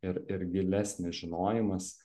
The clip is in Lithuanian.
ir ir gilesnis žinojimas